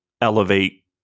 elevate